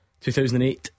2008